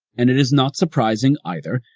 and it is not surprising, either,